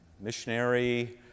missionary